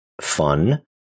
fun